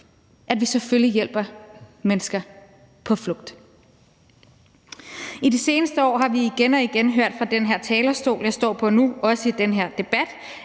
at vi selvfølgelig hjælper mennesker på flugt. I de seneste år har vi igen og igen hørt fra den her talerstol, jeg står på nu, og også i den her debat,